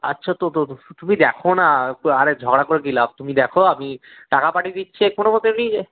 আচ্ছা তো তুমি দেখো না আরে ঝগড়া করে কি লাভ তুমি দেখো আমি টাকা পাঠিয়ে দিচ্ছি কোনও মতে নিয়ে যাও